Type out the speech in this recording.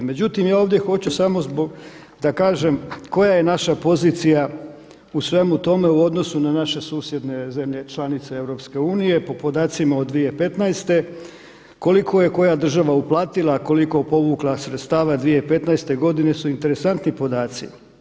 Međutim ja ovdje hoću reći koja je naša pozicija u svemu tome u odnosu na naše susjedne zemlje članice EU po podacima od 2015. koliko je koja država uplatila, koliko povukla sredstava 2015. godine su interesantni podaci.